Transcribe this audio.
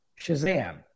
Shazam